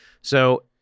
So-